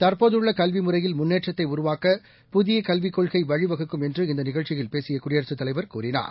தற்போதுள்ள கல்விமுறையில் முன்னேற்றத்தை உருவாக்க புதிய கல்விக் கொள்கை வழிவகுக்கும் என்று இந்த நிகழ்ச்சியில் பேசிய குடியரசுத் தலைவர் கூறினார்